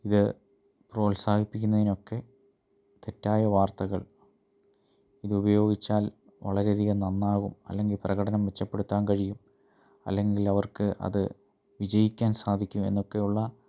ഇത് പ്രോത്സാഹിപ്പിക്കുന്നതിനൊക്കെ തെറ്റായ വാർത്തകൾ ഇത് ഉപയോഗിച്ചാൽ വളരെയധികം നന്നാവും അല്ലെങ്കിൽ പ്രകടനം മെച്ചപ്പെടുത്താൻ കഴിയും അല്ലെങ്കിൽ അവർക്ക് അത് വിജയിക്കാൻ സാധിക്കും എന്നൊക്കെയുള്ള